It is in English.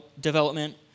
development